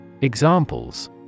Examples